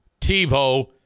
TiVo